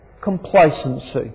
complacency